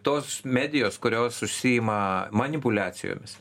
tos medijos kurios užsiima manipuliacijomis